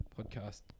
podcast